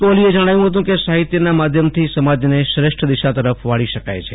કોહલીએ જજ્ઞાવ્યું હતું કે સાહિત્યના માધ્યમથી સમાજને શ્રેષ્ઠ દિશા તરફ વાળી શકાય છે